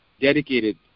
dedicated